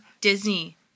Disney